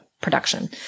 production